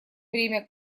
время